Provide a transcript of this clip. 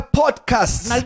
podcasts